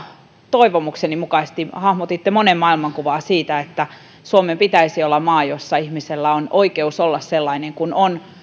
toivomukseni mukaisesti hahmotitte monen maailmankuvaa siitä että suomen pitäisi olla maa jossa ihmisellä on oikeus olla sellainen kuin on